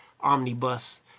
Omnibus